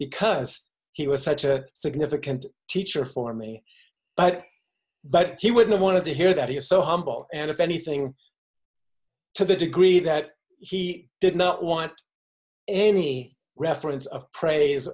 because he was such a significant teacher for me but but he would not want to hear that he is so humble and if anything to the degree that he did not want any reference of praise